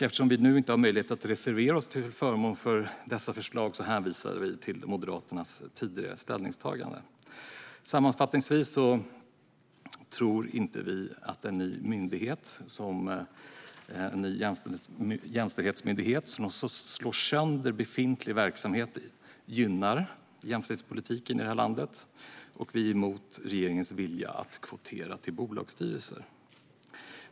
Eftersom vi nu inte har möjlighet att reservera oss till förmån för dessa förslag hänvisar vi till Moderaternas tidigare ställningstagande. Sammanfattningsvis tror vi inte att en ny myndighet, Jämställdhetsmyndigheten, som slår sönder befintlig verksamhet gynnar jämställdhetspolitiken i det här landet. Och vi är emot regeringens vilja att kvotera till bolagsstyrelser.